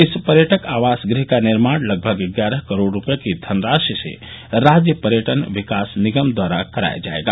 इस पर्यटक आवास गृह का निर्माण लगभग ग्यारह करोड़ रुपये की धनराशि से राज्य पर्यटन विकास निगम द्वारा कराया जाएगा